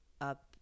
up